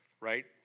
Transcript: right